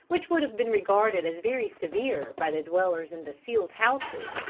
which would have been regarded as very severe by the dwellers in the sealed houses,